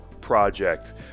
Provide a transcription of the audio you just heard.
project